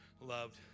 loved